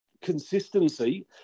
consistency